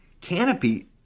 Canopy